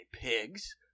pigs